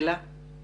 אלא של מי?